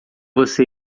você